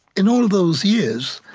in all those years,